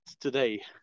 today